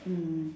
mm